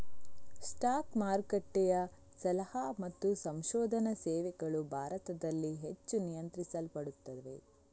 stock ಮಾರುಕಟ್ಟೆಯ ಸಲಹಾ ಮತ್ತು ಸಂಶೋಧನಾ ಸೇವೆಗಳು ಭಾರತದಲ್ಲಿ ಹೆಚ್ಚು ನಿಯಂತ್ರಿಸಲ್ಪಡುತ್ತವೆ